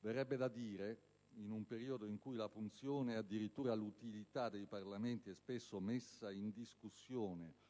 Verrebbe da dire, in un periodo in cui la funzione e addirittura l'utilità dei Parlamenti è spesso messa in discussione